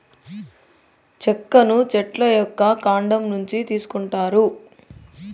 చెక్కను చెట్ల యొక్క కాండం నుంచి తీసుకొంటారు